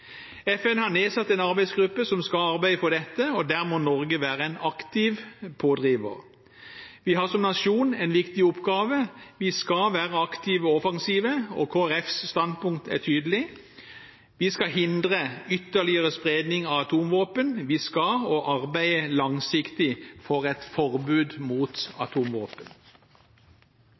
FN har nedsatt en arbeidsgruppe som skal arbeide for dette, og der må Norge være en aktiv pådriver. Vi har som nasjon en viktig oppgave: Vi skal være aktive og offensive. Og Kristelig Folkepartis standpunkt er tydelig: Vi skal hindre ytterligere spredning av atomvåpen, og vi skal arbeide langsiktig for et forbud mot atomvåpen.